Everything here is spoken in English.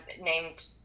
named